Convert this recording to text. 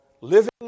living